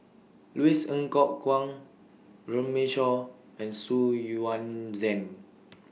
Louis Ng Kok Kwang Runme Shaw and Xu Yuan Zhen